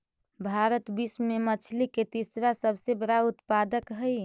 भारत विश्व में मछली के तीसरा सबसे बड़ा उत्पादक हई